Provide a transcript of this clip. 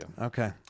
Okay